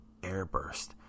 airburst